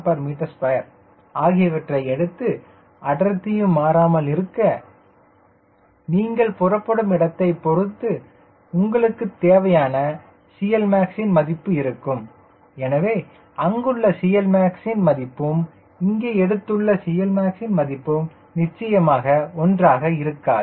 6 kgm2 ஆகியவற்றை எடுத்து அடர்த்தியும் மாறாமல் இருக்க நீங்கள் புறப்படும் இடத்தை பொருத்து உங்களுக்கு தேவையான CLmax ன் மதிப்பு இருக்கும் எனவே அங்கேயுள்ள CLmax ன் மதிப்பும் இங்கே எடுத்துள்ள CLmax ன் மதிப்பு நிச்சயமாக ஒன்றாக இருக்காது